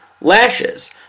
lashes